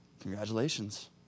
congratulations